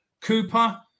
cooper